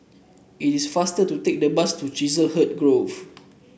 it is faster to take the bus to Chiselhurst Grove